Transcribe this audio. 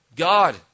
God